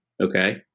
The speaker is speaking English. Okay